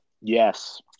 yes